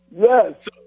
Yes